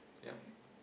yup